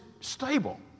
stable